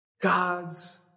God's